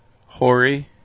Hori